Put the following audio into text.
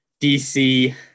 dc